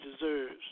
deserves